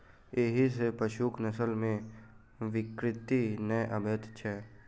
एहि सॅ पशुक नस्ल मे विकृति नै आबैत छै